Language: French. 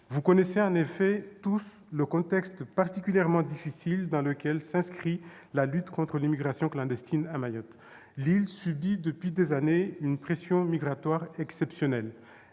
Vous connaissez en effet tous le contexte particulièrement difficile dans lequel s'inscrit la lutte contre l'immigration clandestine à Mayotte. L'île subit depuis des années une pression migratoire exceptionnelle.